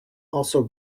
also